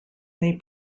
may